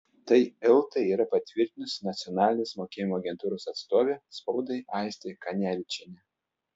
tai eltai yra patvirtinusi nacionalinės mokėjimo agentūros atstovė spaudai aistė kanevičienė